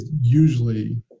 usually